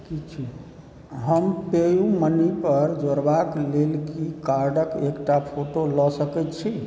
हम Pay U Money पर जोड़बाक लेल की कार्डक एकटा फोटो लऽ सकैत छी